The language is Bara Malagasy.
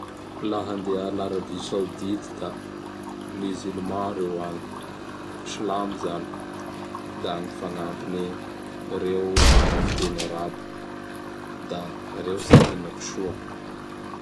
Laha andeha an'Arabia Saodity da Musulman reo agny, silamo zany. Da gn fagnampiny, reo manao fiteny Arabo. Da reo tsy mihina kisoa.